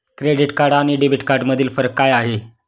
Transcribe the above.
Credit card आणि debit कार्डमधील फरक काय आहे?